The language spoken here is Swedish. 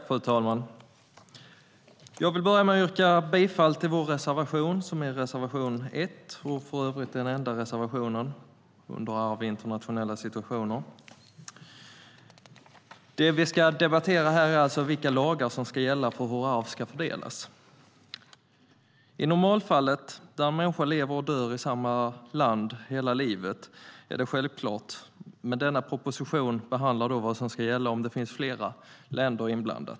Fru talman! Jag vill börja med att yrka bifall till vår reservation, nr 1, som för övrigt är den enda reservationen i betänkandet om arv i internationella situationer. Arv i internationella situationer Vi ska alltså debattera vilka lagar som ska gälla för hur våra arv ska fördelas. I normalfallet, när en människa lever hela livet och dör i samma land, är det självklart, men denna proposition behandlar vad som ska gälla om det finns fler länder inblandade.